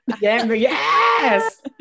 yes